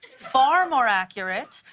far more accurate,